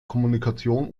kommunikation